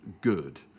good